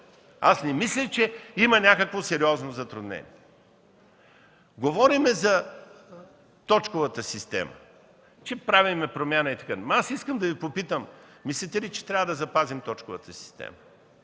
Не мисля, че има някакво сериозно затруднение. Говорим за точковата система – че правим промяна и така нататък. Но аз искам да Ви попитам: мислите ли, че трябва да запазим точковата система?